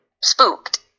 spooked